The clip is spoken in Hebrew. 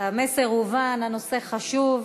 המסר הובן, הנושא חשוב.